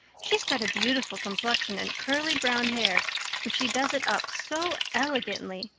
she's got a beautiful complexion and curly brown hair and she does it up so elegantly.